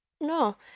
No